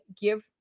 give